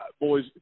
boys